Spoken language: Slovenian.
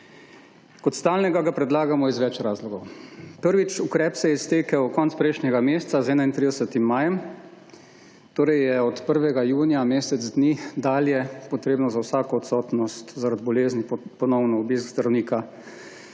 Kot stalnega ga predlagamo iz več razlogov. Prvič, ukrep se je iztekel konce prejšnjega meseca z 31 majem. Torej, je od 1. junija, mesec dni dalje potrebno za vsako odsotnost zaradi bolezni ponovno obisk zdravnika,